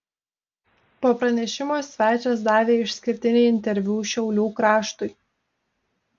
po pranešimo svečias davė išskirtinį interviu šiaulių kraštui